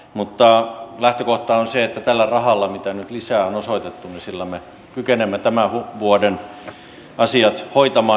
mutta lähtökohta on se että tällä rahalla mitä nyt lisää on osoitettu me kykenemme tämän vuoden asiat hoitamaan